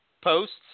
Posts